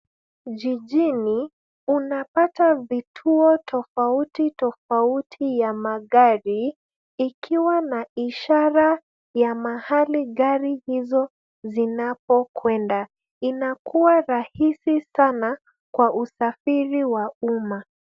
Jijini unapata vituo tofauti tofauti ya magari ikiwa na ishara ya mahali gari hizo zinapokwenda. Inakua rahisi sana kwa usafiri wa umma.